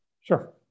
Sure